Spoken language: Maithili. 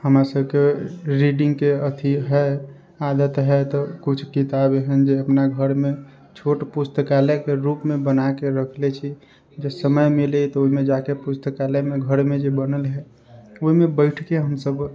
हमरा सबके रीडिङ्गके अथी हइ आदत हइ तऽ किछु किताब एहन जे अपना घरमे छोट पुस्तकालयके रूपमे बनाकऽ रखले छी जँ समय मिलैए तऽ ओहिमे जाकऽ पुस्तकालयमे घरमे जे बनल हइ ओहिमे बैठिकऽ हमसब